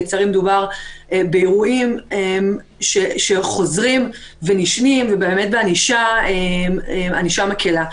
לצערי מדובר באירועים חוזרים ונשנים ובאמת בענישה מקלה.